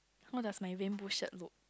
how does my rainbow shirt look